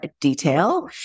detail